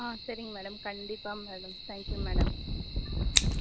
ஆ சரிங்க மேடம் கண்டிப்பாக madam thank you madam ம்